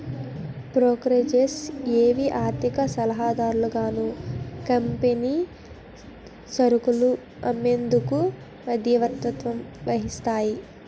brokerages ఏవి ఆర్థిక సలహాదారులుగాను కంపెనీ సరుకులు అమ్మేందుకు మధ్యవర్తత్వం వహిస్తాయి